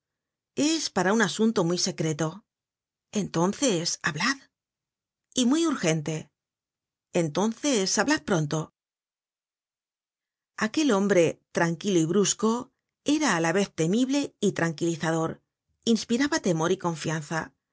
es para un asunto muy secreto entonces hablad y muy urgente entonces hablad pronto aquel hombre tranquilo y brusco era á la vez temible y tranquilizador inspiraba temor y confianza